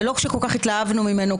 זה לא שכל כך התלהבנו ממנו,